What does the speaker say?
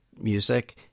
music